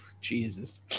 Jesus